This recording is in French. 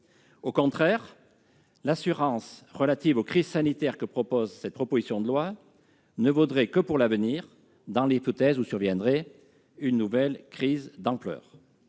Au contraire, l'assurance relative aux crises sanitaires que propose ce texte ne vaudrait que pour l'avenir, dans l'hypothèse où surviendrait une nouvelle crise d'ampleur.